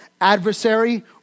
adversary